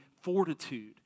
fortitude